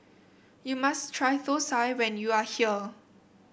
you must try thosai when you are here